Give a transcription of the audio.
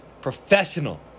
professional